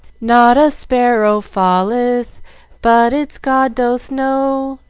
not a sparrow falleth but its god doth know,